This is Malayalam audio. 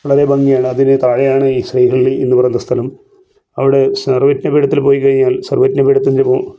വളരെ ഭംഗിയാണ് അതിന് താഴെയാണ് ഈ ശ്രീഹള്ളി എന്ന് പറയുന്ന സ്ഥലം അവിടെ സർവ്വജ്ഞപീഠത്തിൽ പോയി കഴിഞ്ഞാൽ സർവ്വജ്ഞ പീഠത്തിൻ്റെ